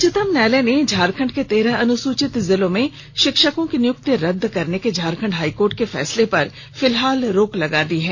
उच्चतम न्यायालय ने झारखंड के तेरह अनुसूचित जिलों में शिक्षकों की नियुक्ति रद्द करने के झारखंड हाईकोर्ट के फैसले पर फिलहाल रोक लगा दी है